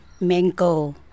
mango